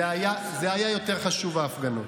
זה היה יותר חשוב, ההפגנות.